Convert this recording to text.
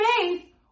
faith